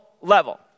level